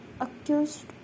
accused